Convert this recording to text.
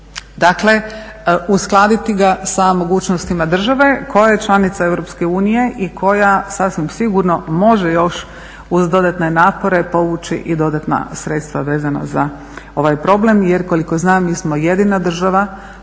dakle uskladiti ga sa mogućnostima države koja je članica EU i koja sasvim sigurno može još uz dodatne napore povući i dodatna sredstva vezana za ovaj problem jer koliko znam mi smo jedina država